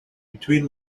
between